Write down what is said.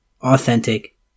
Authentic